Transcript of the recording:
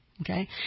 okay